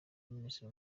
minisitiri